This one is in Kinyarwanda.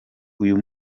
uyu